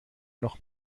noch